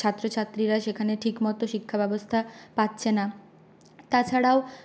ছাত্র ছাত্রীরা সেখানে ঠিকমতো শিক্ষাব্যবস্থা পাচ্ছে না তাছাড়াও